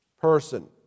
person